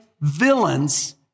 villains